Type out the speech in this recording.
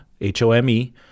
H-O-M-E